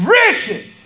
riches